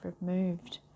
removed